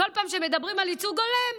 כל פעם שמדברים על ייצוג הולם,